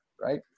right